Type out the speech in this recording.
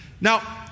Now